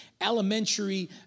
elementary